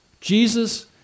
Jesus